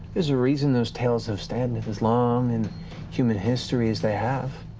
there's a reason those tales have standed as long in human history as they have.